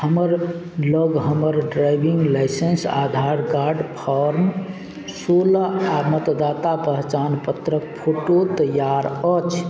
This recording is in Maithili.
हमर लग हमर driving licence Aadhaar card form सोलह आओर मतदाता पहचान पत्रके फोटो तैआर अछि